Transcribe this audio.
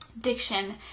diction